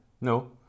No